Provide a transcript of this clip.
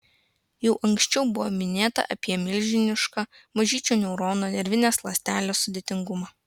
jau anksčiau buvo minėta apie milžinišką mažyčio neurono nervinės ląstelės sudėtingumą